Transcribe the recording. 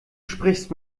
sprichst